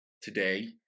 today